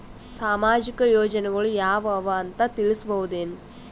ಸಾಮಾಜಿಕ ಯೋಜನೆಗಳು ಯಾವ ಅವ ಅಂತ ತಿಳಸಬಹುದೇನು?